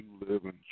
Living